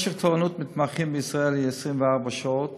משך תורנות מתמחים בישראל היא 24 שעות